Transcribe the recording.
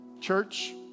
Church